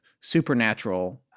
supernatural